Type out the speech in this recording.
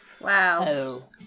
Wow